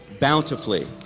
bountifully